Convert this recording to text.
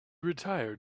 retired